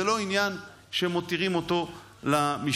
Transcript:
זה לא עניין שמותירים אותו למשטרה.